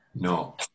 no